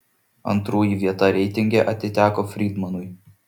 antroji vieta reitinge atiteko frydmanui